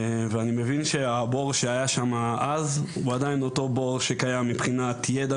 ואני מבין שהבור שהיה שם אז הוא עדיין אותו בור שקיים מבחינת ידע,